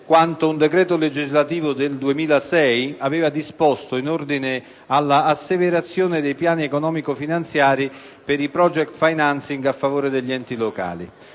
quanto un decreto legislativo del 2006 aveva disposto in ordine all'asseverazione dei piani economico-finanziari per il *project* *financing* a favore degli enti locali.